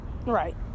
Right